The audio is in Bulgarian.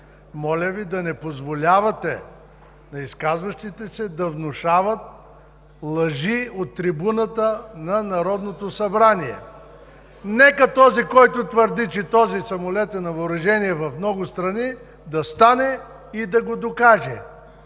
Моля Ви да не позволявате на изказващите се да внушават лъжи от трибуната на Народното събрание. Нека този, който твърди, че този самолет е на въоръжение в много страни, да стане и да го докаже.